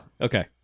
Okay